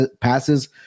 passes